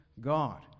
God